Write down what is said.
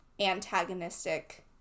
antagonistic